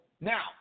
now